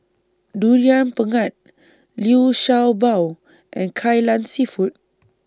Durian Pengat Liu Sha Bao and Kai Lan Seafood